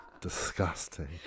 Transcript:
disgusting